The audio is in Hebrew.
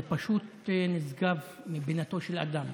זה פשוט נשגב מבינתו של אדם.